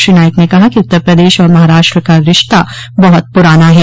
श्री नाईक ने कहा कि उत्तर प्रदेश और महाराष्ट्र का रिश्ता बहुत पुराना है